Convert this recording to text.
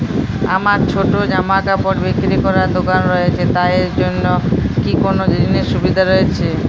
আমার ছোটো জামাকাপড় বিক্রি করার দোকান রয়েছে তা এর জন্য কি কোনো ঋণের সুবিধে রয়েছে?